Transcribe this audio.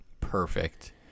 perfect